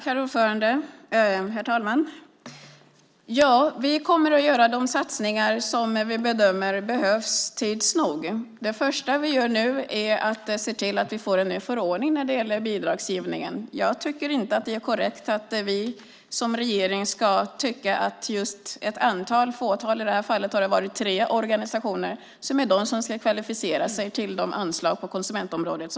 Herr talman! Tids nog kommer vi att göra de satsningar som vi bedömer behövs. Det första vi gör är att se till att få en ny förordning när det gäller bidragsgivningen. Jag tycker inte att det är korrekt att vi som regering ska tycka att just ett fåtal - i det här fallet tre - organisationer är de som ska kvalificera sig till de anslag som finns på konsumentområdet.